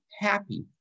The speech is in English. happy